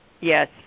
Yes